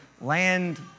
land